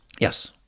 yes